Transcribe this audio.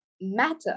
matter